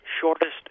shortest